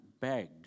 begged